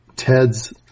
Ted's